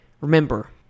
remember